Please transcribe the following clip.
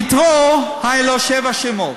יתרו, היו לו שבעה שמות.